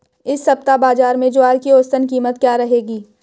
इस सप्ताह बाज़ार में ज्वार की औसतन कीमत क्या रहेगी?